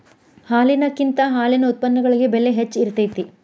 ಹಾಲಿನಕಿಂತ ಹಾಲಿನ ಉತ್ಪನ್ನಗಳಿಗೆ ಬೆಲೆ ಹೆಚ್ಚ ಇರತೆತಿ